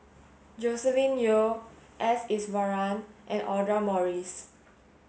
Joscelin Yeo S Iswaran and Audra Morrice